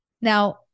Now